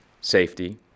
safety